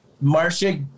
Marcia